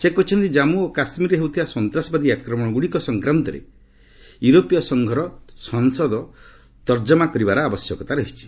ସେ କହିଛନ୍ତି ଜମ୍ମୁ ଓ କାଶ୍ମୀରରେ ହେଉଥିବା ସନ୍ତାସବାଦୀ ଆକ୍ରମଣଗୁଡ଼ିକ ସଂକ୍ରାନ୍ତରେ ୟୁରୋପୀୟ ସଂଘର ସଂସଦ ତର୍କମା କରିବାର ଆବଶ୍ୟକତା ରହିଛି